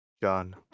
john